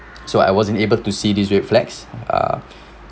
so I wasn't able to see this red flags uh